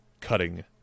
cutting